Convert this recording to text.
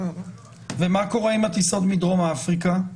ומה קורה עם הטיסות מדרום אפריקה?